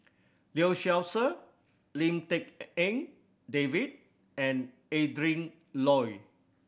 Lee Seow Ser Lim Tik En David and Adrin Loi